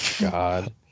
God